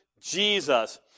Jesus